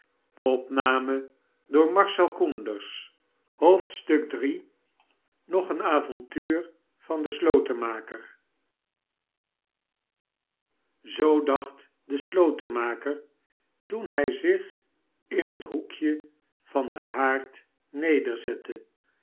iii nog een avontuur van den slotenmaker zoo dacht de slotenmaker toen hij zich in het hoekje van den haard